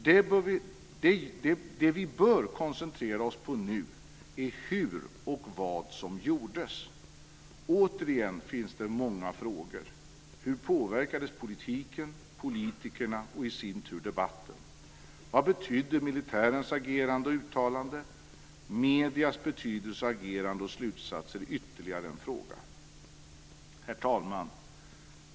Det vi bör koncentrera oss på nu är hur och vad som gjordes. Återigen finns det många frågor. Hur påverkades politiken, politikerna och i sin tur debatten? Vad betydde militärens agerande och uttalanden? Mediernas betydelse, agerande och slutsatser är ytterligare en fråga. Herr talman!